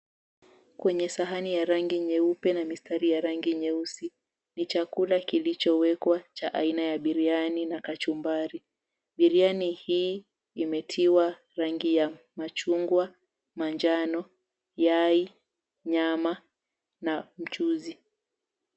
Kwenye Sahani ya rangi nyeupe na mistari ya rangi nyeusi. Ni chakula kilichowekwa cha aina ya biriani na kachumbari. Biriani hii imetiwa rangi ya machungwa, manjano, yai, nyama na mchuzi.